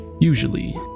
Usually